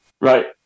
Right